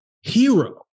hero